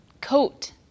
coat